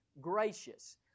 gracious